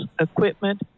equipment